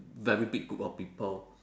very big group of people